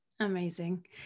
Amazing